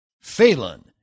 Phelan